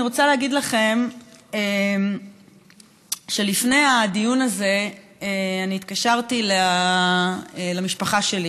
אני רוצה להגיד לכם שלפני הדיון הזה התקשרתי למשפחה שלי